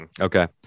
Okay